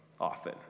often